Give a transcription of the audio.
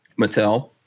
Mattel